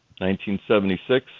1976